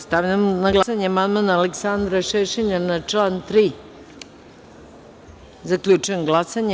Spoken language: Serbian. Stavljam na glasanje amandman Aleksandra Šešelja na član 3. Zaključujem glasanje.